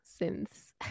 synths